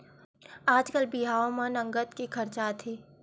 आजकाल बिहाव म नँगत के खरचा आथे